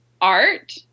art